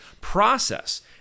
process